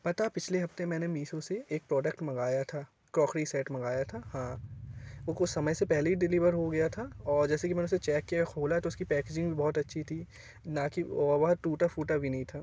पता पिछले हपते मैंने मिसो से एक प्रोडक्ट मंगाया था क्रॉकरी सेट मंगाया था वो कुछ समय से डिलीवर हो गया था और जैसे कि मैंने उसे चेक किया खोला तो उसकी पैकेजिंग बहुत अच्छी थी न कि वह टूटा फूटा भी नहीं था